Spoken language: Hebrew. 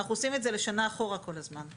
אנחנו עושים את זה לשנה אחורה כל הזמן.